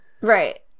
Right